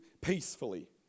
peacefully